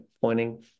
pointing